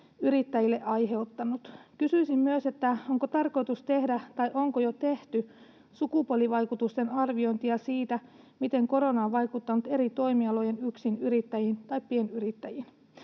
yrittäjille aiheuttanut? Kysyisin myös: Onko tarkoitus tehdä tai onko jo tehty sukupuolivaikutusten arviointia siitä, miten korona on vaikuttanut eri toimialojen yksinyrittäjiin tai pienyrittäjiin?